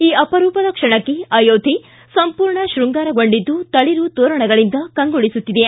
ಈ ಅಪರೂಪದ ಕ್ಷಣಕ್ಕೆ ಅಯೋಧ್ಯೆ ಸಂಪೂರ್ಣ ಶ್ವಂಗಾರಗೊಂಡಿದ್ದು ತಳಿರು ತೋರಣಗಳಿಂದ ಕಂಗೊಳಿಸುತ್ತಿದೆ